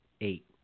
eight